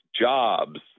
jobs